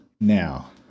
Now